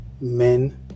men